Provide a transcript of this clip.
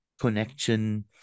connection